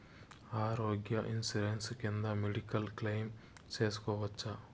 ఆరోగ్య ఇన్సూరెన్సు కింద medical claim సేసుకోవచ్చా?